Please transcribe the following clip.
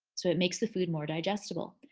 so it makes the food more digestible.